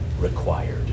required